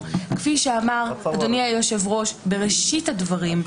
כפי שאמר אדוני היושב ראש בראשית הדברים,